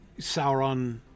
Sauron